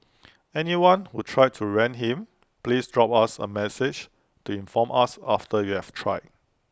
anyone who tried to rent him please drop us A message to inform us after you have tried